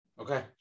Okay